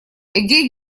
эге